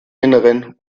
innern